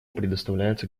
предоставляется